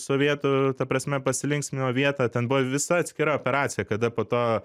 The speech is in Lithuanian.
sovietų ta prasme pasilinksminimo vietą ten buvo visa atskira operacija kada po to